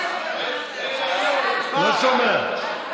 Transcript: אני לא שומע.